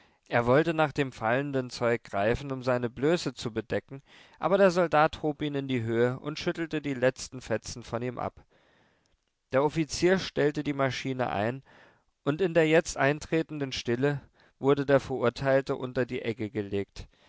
er wollte nach dem fallenden zeug greifen um seine blöße zu bedecken aber der soldat hob ihn in die höhe und schüttelte die letzten fetzen von ihm ab der offizier stellte die maschine ein und in der jetzt eintretenden stille wurde der verurteilte unter die egge gelegt